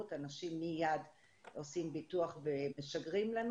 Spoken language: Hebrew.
אנשים מיד עושים ביטוח ומשגרים לנו.